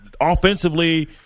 offensively